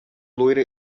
loira